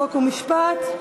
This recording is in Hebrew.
חוק ומשפט נתקבלה.